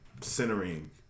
centering